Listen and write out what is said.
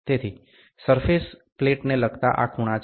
તેથી સરફેસ પ્લેટને લગતા આ ખૂણા છે